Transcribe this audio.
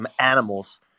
animals